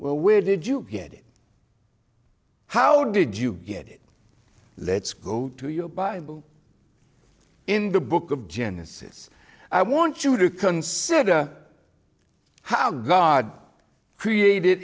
well where did you get it how did you get it let's go to your bible in the book of genesis i want you to consider how god created